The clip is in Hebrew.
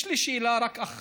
יש לי רק שאלה אחת: